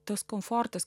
tas komfortas